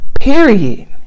Period